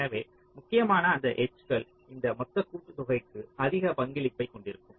எனவே முக்கியமான அந்த எட்ஜ்கள் இந்த மொத்த கூட்டுத்தொகைக்கு அதிக பங்களிப்பைக் கொண்டிருக்கும்